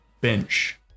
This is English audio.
bench